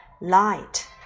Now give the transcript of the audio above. light